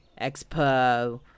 expo